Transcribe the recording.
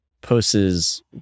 posts